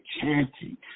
chanting